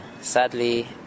sadly